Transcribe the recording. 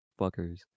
fuckers